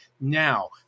Now